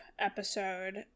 episode